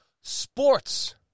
sports